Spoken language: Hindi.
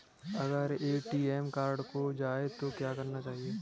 अगर ए.टी.एम कार्ड खो जाए तो क्या करना चाहिए?